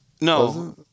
No